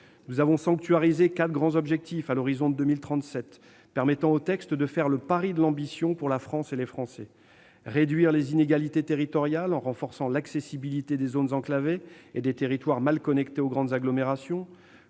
Nous avons sanctuarisé quatre grands objectifs à l'horizon de 2037, faisant ainsi, par ce texte, le pari de l'ambition pour la France et les Français : réduire les inégalités territoriales en renforçant l'accessibilité des zones enclavées et des territoires mal connectés aux grandes agglomérations